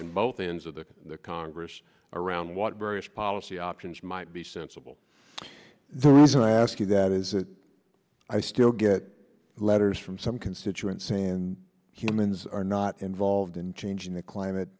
on both ends of the congress around what various policy options might be sensible the reason i ask you that is i still get letters from some constituents saying humans are not involved in changing the climate